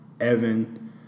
Evan